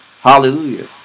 Hallelujah